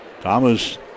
Thomas